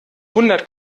hundert